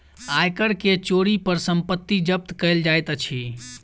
आय कर के चोरी पर संपत्ति जब्त कएल जाइत अछि